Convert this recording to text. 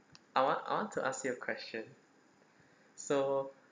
I want I want to ask you a question so